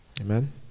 Amen